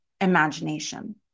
imagination